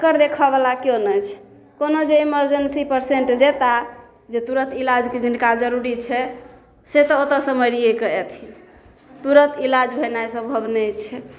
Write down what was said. ओकर देखऽ बला केओ नहि छै कोनो जे इमेरजेंसी पेसेंट जेताह जे तुरत इलाजके जिनका जरूरी छै से तऽ ओतऽ सऽ मरिएके एथिन तुरत इलाज भेनाइ संभब नहि छै